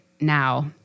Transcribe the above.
now